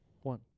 one